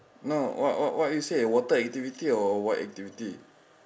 no what what what you say water activity or what activity